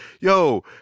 Yo